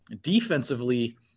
Defensively